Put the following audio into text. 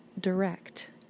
direct